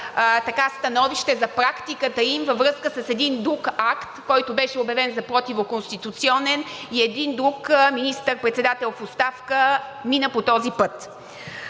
становище за практиката им във връзка с един друг акт, който беше обявен за противоконституционен и един друг министър-председател в оставка мина по този път.